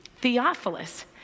Theophilus